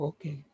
Okay